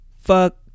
fuck